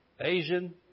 Asian